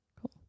Cool